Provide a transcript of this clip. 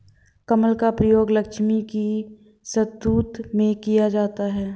कमल का प्रयोग लक्ष्मी की स्तुति में किया जाता है